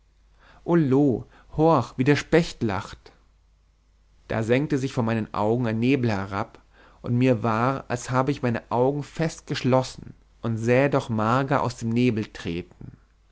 horch wie der specht lacht da senkte sich vor meinen augen ein nebel herab und mir war als habe ich meine augen fest geschlossen und sähe doch marga aus dem nebel treten